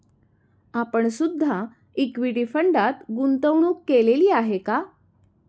आपण सुद्धा इक्विटी फंडात गुंतवणूक केलेली आहे का?